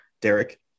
Derek